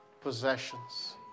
possessions